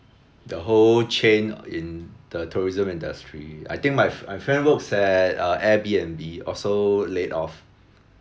the whole chain in the tourism industry I think my fr~ my friend works at uh airbnb also laid off